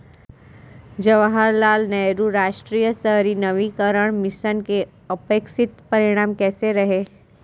जवाहरलाल नेहरू राष्ट्रीय शहरी नवीकरण मिशन के अपेक्षित परिणाम कैसे रहे?